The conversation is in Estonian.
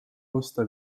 osta